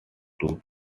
two